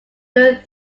during